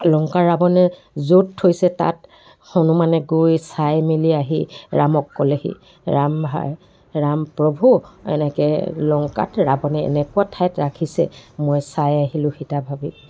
লংকাৰ ৰাৱণে য'ত থৈছে তাত হনুমানে গৈ চাই মেলি আহি ৰামক ক'লেহি ৰাম ভাই ৰাম প্ৰভু এনেকৈ লংকাত ৰাৱণে এনেকুৱা ঠাইত ৰাখিছে মই চাই আহিলোঁ সীতা ভাবী